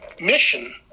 mission